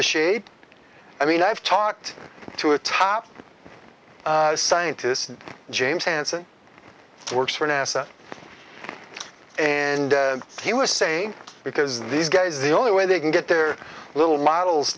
the shade i mean i've talked to a top scientist and james hansen works for nasa and he was saying because these guys the only way they can get their little models